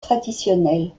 traditionnelles